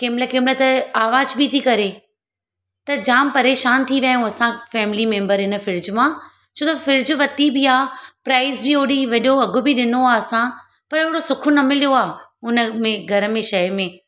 कंहिं महिल कंहिं महिल त आवाज़ बि थी करे त जाम परेशानु थी विया आहियूं असां बि फैमिली मेंबर हिन फ्रिज मां छो त फ्रिज वरिती बि आहे प्राइज़ बि अहिड़ो वॾो अघु बि ॾिनो आहे असां पर ओड़ो सुखु न मिलियो आहे उन में घर में शय में